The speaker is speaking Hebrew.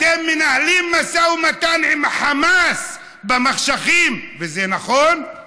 אתם מנהלים משא ומתן עם חמאס במחשכים, וזה נכון,